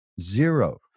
Zero